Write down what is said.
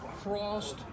crossed